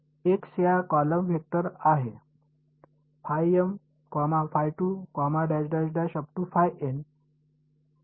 x चा column vector होणार आहे